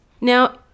Now